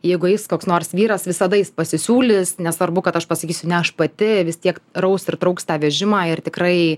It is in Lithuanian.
jeigu eis koks nors vyras visada jis pasisiūlys nesvarbu kad aš pasakysiu ne aš pati vis tiek raus ir trauks tą vežimą ir tikrai